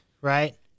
right